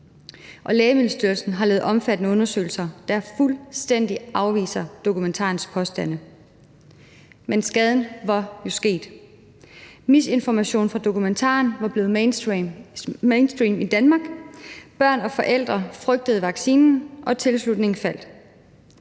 Lægemiddelstyrelsen har lavet omfattende undersøgelser, der fuldstændig afviser dokumentarens påstande. Men skaden var jo sket. Misinformation fra dokumentaren var blevet mainstream i Danmark, børn og forældre frygtede vaccinen, og tilslutningen faldt.